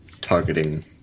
targeting